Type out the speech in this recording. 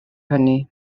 hynny